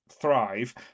thrive